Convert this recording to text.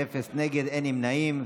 אין נגד, אין נמנעים.